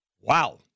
Wow